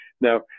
Now